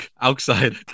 Outside